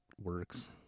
works